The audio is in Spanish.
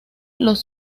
los